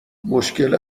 مشکل